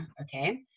Okay